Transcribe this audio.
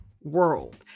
world